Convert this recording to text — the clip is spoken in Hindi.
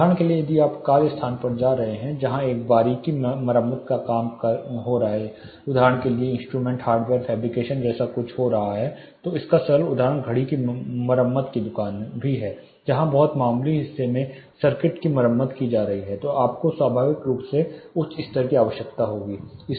उदाहरण के लिए यदि आप किसी कार्य स्थान पर जा रहे हैं जहां एक बारीक मरम्मत का काम या कहें कि इंस्ट्रूमेंट हार्डवेयर फैब्रिकेशन जैसा कुछ हो रहा है या फिर इसका सरल उदाहरण घड़ी की मरम्मत की दुकान भी है जहां बहुत मामूली हिस्से के सर्किट की मरम्मत की जा रही है तो आपको स्वाभाविक रूप से उच्च स्तर की आवश्यकता होगी लक्स का